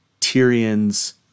Tyrion's